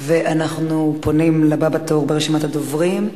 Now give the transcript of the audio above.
אנחנו פונים לבא בתור ברשימת הדוברים.